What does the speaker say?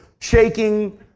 shaking